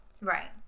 right